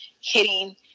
hitting